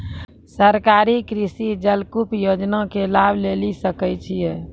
सरकारी कृषि जलकूप योजना के लाभ लेली सकै छिए?